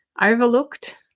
overlooked